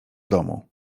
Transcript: domu